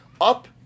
up